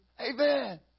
Amen